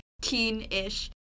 teen-ish